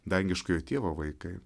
dangiškojo tėvo vaikai